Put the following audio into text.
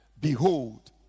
Behold